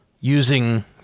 using